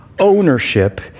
Ownership